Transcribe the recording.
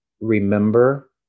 remember